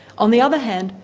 on the other hand,